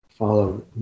follow